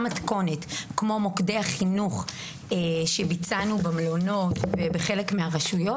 מתכונת כמו מוקדי החינוך שביצענו במלונות בחלק מהרשויות.